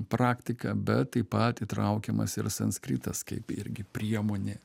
praktika bet taip pat įtraukiamas ir sanskritas kaip irgi priemonė